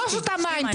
אני לא שותה מים.